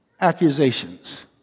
accusations